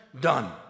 Done